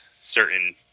certain